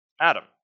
Adam